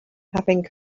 having